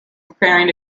preparing